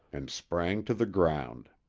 and sprang to the ground.